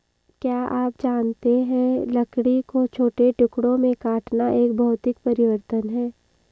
क्या आप जानते है लकड़ी को छोटे टुकड़ों में काटना एक भौतिक परिवर्तन है?